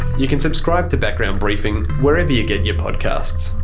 you can subscribe to background briefing wherever you get your podcasts,